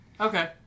Okay